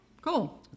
Cool